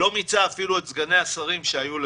ולא מיצו אפילו את סגני השרים שהיו לו.